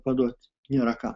paduot nėra ką